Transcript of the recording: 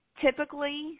typically